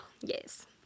Yes